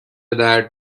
درد